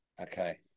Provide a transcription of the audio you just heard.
okay